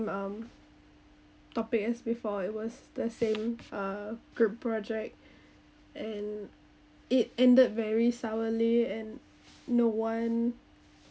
um topic as before it was the same uh group project and it ended very sourly and no one